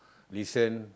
listen